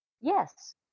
Yes